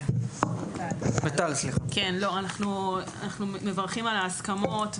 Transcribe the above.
אנחנו מברכים על ההסכמות,